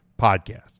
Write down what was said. Podcast